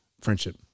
friendship